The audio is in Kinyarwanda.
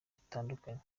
bitandukanye